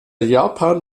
japan